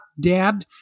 dead